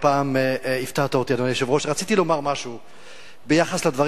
אתה ראשון הדוברים.